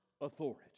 authority